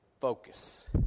focus